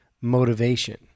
motivation